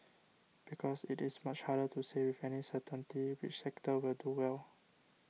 because it is much harder to say with any certainty which sectors will do well